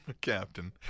Captain